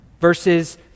Verses